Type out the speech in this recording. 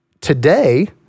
today